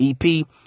EP